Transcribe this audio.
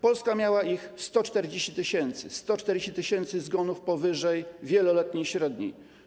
Polska miała ich 140 tys. 140 tys. zgonów powyżej wieloletniej średniej.